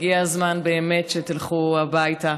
הגיע הזמן באמת שתלכו הביתה.